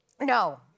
No